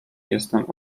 jestem